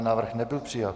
Návrh nebyl přijat.